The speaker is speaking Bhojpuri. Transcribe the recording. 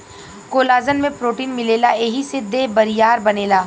कोलाजन में प्रोटीन मिलेला एही से देह बरियार बनेला